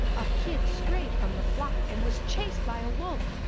a kid strayed from the flock and was chased by a wolf.